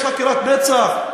יש חקירת מצ"ח,